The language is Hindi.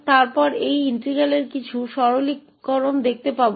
और फिर हम इस समाकलन में कुछ सरलीकरण देखेंगे